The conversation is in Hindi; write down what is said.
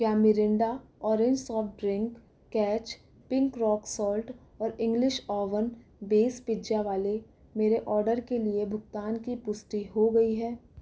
क्या Mirinda orange soft drink Catch pink rock salt और इंग्लिश ओवन बेस पिज्जा वाले मेरे ऑर्डर के लिए भुगतान की पुष्टि हो गई है